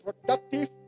productive